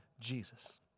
Jesus